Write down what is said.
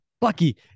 Bucky